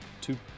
two